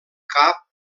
cap